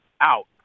out